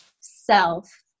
self